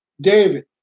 David